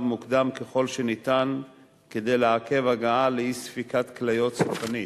מוקדם ככל שניתן כדי לעכב הגעה לאי-ספיקת כליות סופנית.